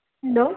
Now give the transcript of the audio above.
hello